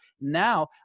now